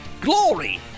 glory